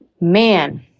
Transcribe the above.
man